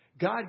God